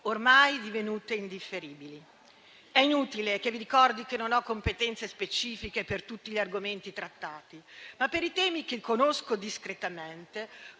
amministrazioni centrali. È inutile che vi ricordi che non ho competenze specifiche per tutti gli argomenti trattati, ma per i temi che conosco discretamente